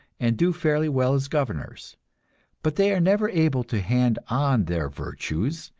and do fairly well as governors but they are never able to hand on their virtues,